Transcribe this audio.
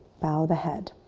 bow the head.